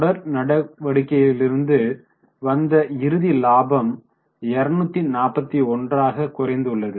தொடர் நடவடிக்கைகளிலிருந்து வந்த இறுதி லாபம் 241 ஆக குறைந்து உள்ளது